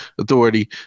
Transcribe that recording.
Authority